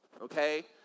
okay